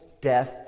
death